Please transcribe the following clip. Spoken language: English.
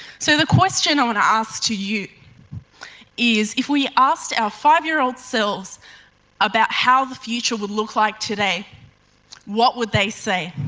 so, the question i want to ask to you is if we asked our five year old selves about how the future would look like today what would they say?